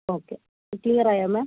okay ക്ലിയറായോ മാം